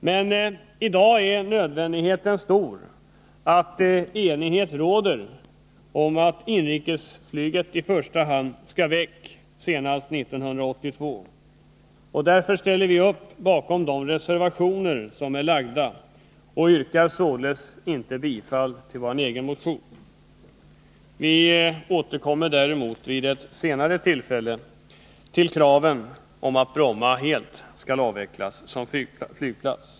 Men i dag är nödvändigheten stor av att det råder enighet om att inrikesflyget i första hand skall bort senast 1982, och därför ställer vi upp bakom de reservationer som är lagda och yrkar således inte bifall till våra motioner. Vi återkommer däremot vid ett senare tillfälle till kraven på att Bromma helt skall avvecklas som flygplats.